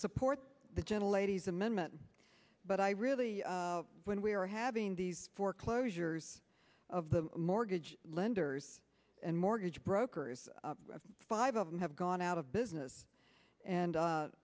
support the gentle lady's amendment but i really when we are having these foreclosures of the mortgage lenders and mortgage brokers five of them have gone out of business and